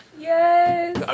Yes